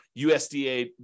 USDA